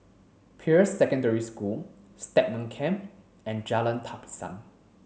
Peirce Secondary School Stagmont Camp and Jalan Tapisan